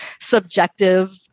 subjective